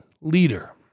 leader